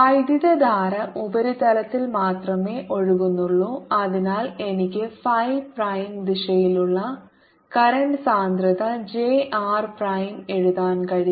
വൈദ്യുതധാര ഉപരിതലത്തിൽ മാത്രമേ ഒഴുകുന്നുള്ളൂ അതിനാൽ എനിക്ക് ഫൈ പ്രൈം ദിശയിലുള്ള കറന്റ് സാന്ദ്രത j r പ്രൈം എഴുതാൻ കഴിയും